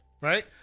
right